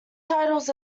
titles